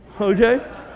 okay